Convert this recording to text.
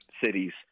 cities